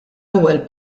ewwel